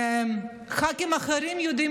ח"כים אחרים יודעים,